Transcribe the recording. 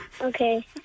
Okay